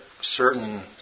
certain